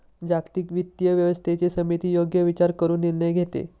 जागतिक वित्तीय व्यवस्थेची समिती योग्य विचार करून निर्णय घेते